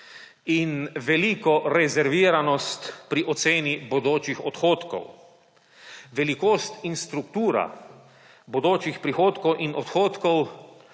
in veliko rezerviranost pri oceni bodočih odhodkov. Velikost in struktura bodočih prihodkov in odhodkov